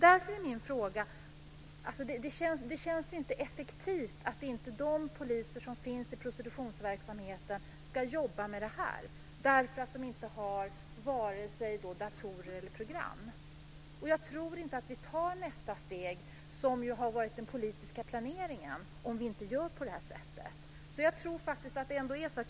Det känns inte effektivt att de poliser som finns i prostitutionsverksamheten inte ska jobba med detta därför att de inte har vare sig datorer eller program. Jag tror inte att vi tar nästa steg, som har varit den politiska planeringen, om vi inte gör på det sättet.